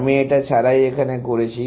আমি এটা ছাড়াই এখানে করেছি